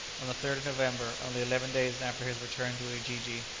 on the third of november, only eleven days after his return to ujiji,